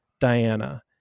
Diana